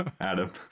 Adam